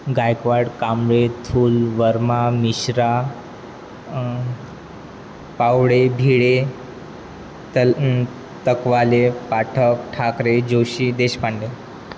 Gaikwad Kamble Thool Verma Mishra Pawde Bhide Talakwale Pathak Thackeray Joshi Deshpande